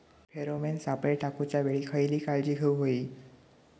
Pheromone सापळे टाकूच्या वेळी खयली काळजी घेवूक व्हयी?